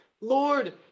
Lord